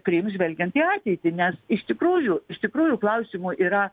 priims žvelgiant į ateitį nes iš tikrųjų iš tikrųjų klausimų yra